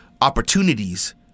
opportunities